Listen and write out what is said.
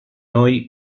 hoy